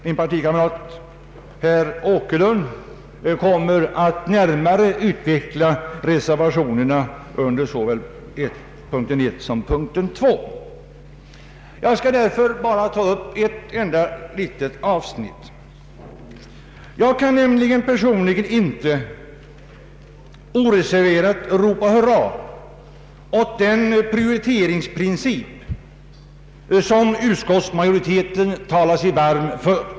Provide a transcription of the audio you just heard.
Min partikamrat herr Åkerlund kommer att närmare utveckla innehållet i reservationerna under såväl punkten 1 som punkten 2. Jag skall därför bara ta upp ett enda litet avsnitt. Personligen kan jag inte oreserverat ropa hurra åt den prioriteringsprincip som utskottsmajoriteten talar sig varm för.